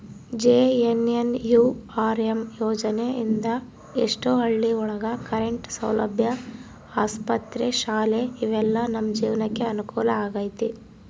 JNNURM ಯೋಜನೆ ಇಂದ ಎಷ್ಟೋ ಹಳ್ಳಿ ಒಳಗ ಕರೆಂಟ್ ಸೌಲಭ್ಯ ಆಸ್ಪತ್ರೆ ಶಾಲೆ ಇವೆಲ್ಲ ನಮ್ ಜೀವ್ನಕೆ ಅನುಕೂಲ ಆಗೈತಿ